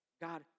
God